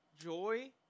Joy